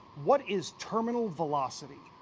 what is terminal velocity?